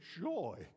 joy